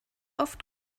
oft